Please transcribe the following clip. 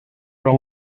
són